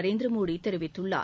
நரேந்திர மோடி தெரிவித்துள்ளார்